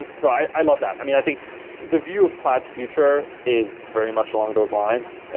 and so i i love that. i mean, i think the view of plaid's future is very much along those lines.